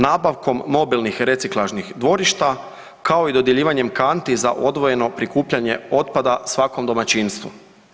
Nabavkom mobilnih reciklažnih dvorišta, kao i dodjeljivanjem kanti za odvojeno prikupljanje otpada svakom domaćinstvu.